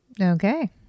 Okay